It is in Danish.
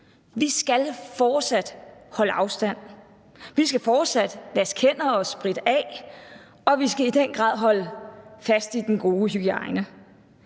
Vi skal fortsat holde afstand, vi skal fortsat vaske hænder og spritte af, og vi skal i den grad holde fast i den gode hygiejne.